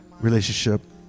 relationship